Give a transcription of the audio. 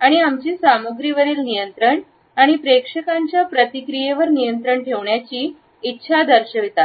आणि आमची सामग्रीवरील नियंत्रण आणि प्रेक्षकांच्या प्रतिक्रियेवर नियंत्रण ठेवण्याची आमची इच्छा दर्शवितात